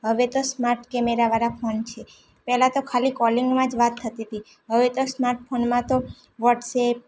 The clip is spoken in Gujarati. હવે તો સ્માટ કેમેરાવાળા ફોન છે પહેલાં તો ખાલી કૉલિંગમાં જ વાત થતી હતી હવે તો સ્માટ ફોનમાં તો વ્હોટ્સેપ